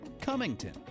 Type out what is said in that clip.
Cummington